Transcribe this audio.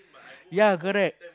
ya correct